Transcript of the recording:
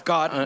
God